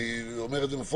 אני אומר את זה מפורש,